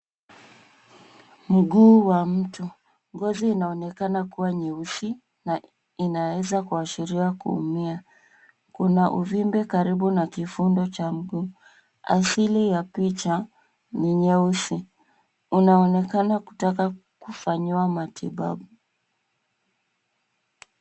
Mguu wa mtu. Ngozi inaonekana kuwa nyeusi na inaweza kuashiria kuumia. Kuna uvumbe karibu na kifundo cha mguu. Asili ya picha ni nyeusi. Unaonekana kutaka kufanyiwa matibabu.